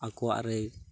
ᱟᱠᱚᱣᱟᱜ ᱨᱮ